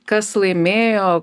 kas laimėjo